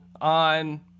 on